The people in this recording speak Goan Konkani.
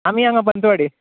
आमी हांगा पंचवाडी